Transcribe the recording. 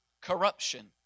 corruption